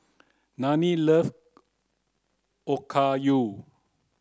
Lani loves Okayu